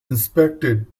inspected